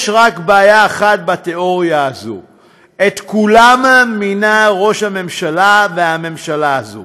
יש רק בעיה אחת בתיאוריה הזאת: את כולם מינו ראש הממשלה והממשלה הזאת.